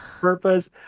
purpose